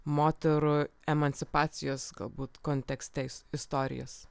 moterų emancipacijos galbūt kontekste istorijos